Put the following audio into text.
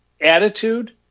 attitude